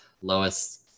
Lowest